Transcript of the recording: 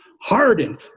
hardened